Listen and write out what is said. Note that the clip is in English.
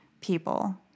people